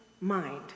mind